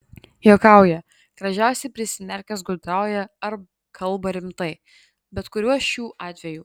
juokauja gražiausiai prisimerkęs gudrauja ar kalba rimtai bet kuriuo šių atvejų